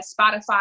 Spotify